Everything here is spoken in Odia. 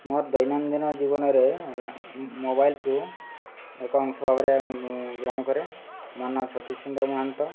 ମୋର ଦୈନନ୍ଦିନ ଜୀବନରେ ମୋବାଇଲ୍କୁ ଏକ ଅଂଶ ଭାବରେ ଗ୍ରହଣ କରେ ମୋ ନାଁ ଛତିଶ ଚନ୍ଦ୍ର ମହାନ୍ତ